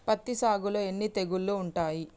పత్తి సాగులో ఎన్ని తెగుళ్లు ఉంటాయి?